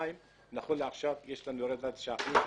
ונכון לעכשיו יש לנו ירידה של תשעה אחוזים.